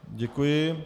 Děkuji.